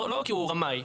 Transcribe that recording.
לא כי הוא רמאי,